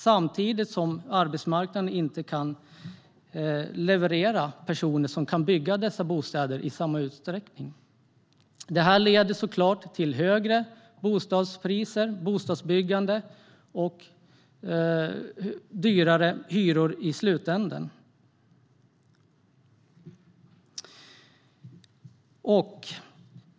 Samtidigt kan arbetsmarknaden inte i samma utsträckning leverera personer som kan bygga dessa bostäder. Det leder i slutändan till högre bostadspriser och högre hyror.